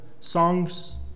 songs